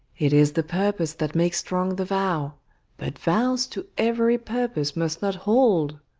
it is the purpose that makes strong the vow but vows to every purpose must not hold.